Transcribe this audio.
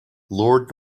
lord